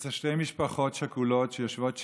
אצל שתי משפחות שכולות שיושבות שבעה,